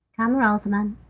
camaralzaman,